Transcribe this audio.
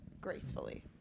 gracefully